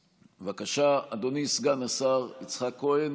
בבקשה, אדוני סגן השר יצחק כהן,